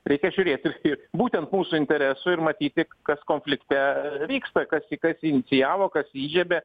reikia žiūrėti į būtent mūsų interesų ir matyti kas konflikte vyksta kas jį kas jį inicijavo kas įžiebė